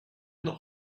not